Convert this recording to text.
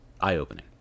eye-opening